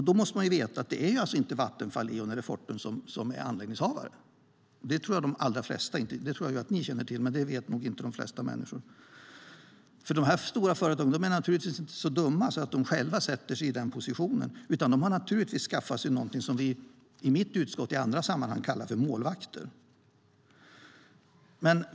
Då måste man veta att det alltså inte är Vattenfall, Eon eller Fortum som är anläggningshavare. Det tror jag att ni känner till, men det vet nog inte de flesta människor. Dessa stora företag är naturligtvis inte så dumma att de själva sätter sig i den positionen. De har naturligtvis skaffat sig något som vi i mitt utskott i andra sammanhang kallar målvakter.